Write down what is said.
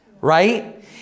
Right